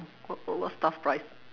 what what what staff price